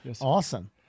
Awesome